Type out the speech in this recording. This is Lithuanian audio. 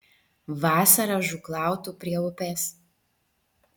vasarą žūklautų prie upės